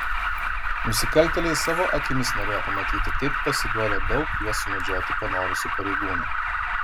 nusikaltėliai savo akimis norėjo pamatyti kaip pasiduoda daug juos sumedžioti panorusių pareigūnų